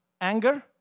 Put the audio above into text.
anger